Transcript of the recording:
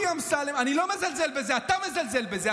אני לא מזלזל בזה, אתה מזלזל בזה.